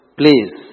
please